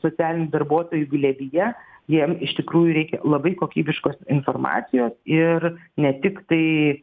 socialinių darbuotojų glėbyje jiem iš tikrųjų reikia labai kokybiškos informacijos ir ne tik tai